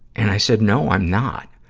and i said, no, i'm not.